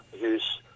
use